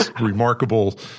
remarkable